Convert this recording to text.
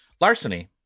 Larceny